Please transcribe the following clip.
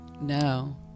No